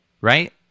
right